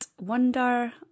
wonder